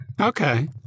okay